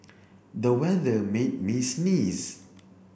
the weather made me sneeze